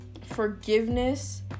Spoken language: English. forgiveness